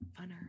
funner